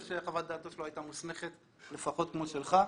חוות דעתו הייתה מוסמכת לפחות כמו שלך.